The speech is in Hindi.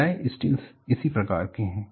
तो नए स्टील्स इसी प्रकार के हैं